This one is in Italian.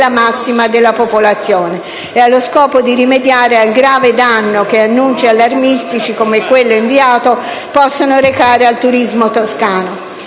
tutela della popolazione e allo scopo di rimediare al grave danno che annunci allarmisti, come quello inviato, possono arrecare al turismo toscano.